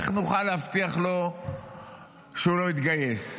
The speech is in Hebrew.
איך נוכל להבטיח לו שהוא לא יתגייס?